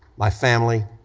my family,